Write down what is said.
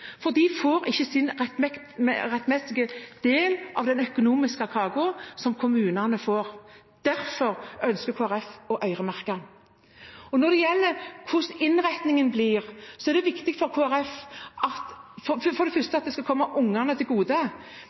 for de får ikke sin rettmessige del av den økonomiske kaken som kommunene får. Derfor ønsker Kristelig Folkeparti å øremerke. Når det gjelder hvordan innretningen blir, er det viktig for Kristelig Folkeparti at det for det første skal komme ungene til gode,